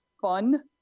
fun